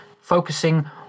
focusing